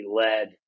led